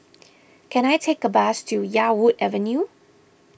can I take a bus to Yarwood Avenue